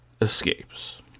escapes